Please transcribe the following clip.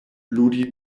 ludi